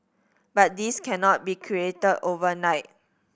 but this cannot be created overnight